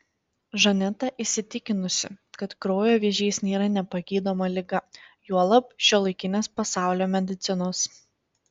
žaneta įsitikinusi kad kraujo vėžys nėra nepagydoma liga juolab šiuolaikinės pasaulio medicinos